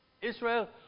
Israel